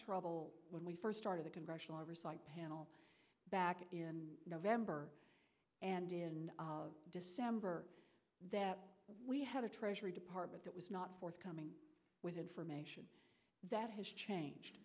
trouble when we first started the congressional oversight panel back in november and in december that we had a treasury department that was not forthcoming with information that has changed